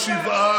בזמנו,